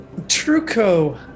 Truco